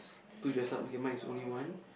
two dress up okay mine is only one